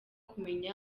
kumenya